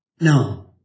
No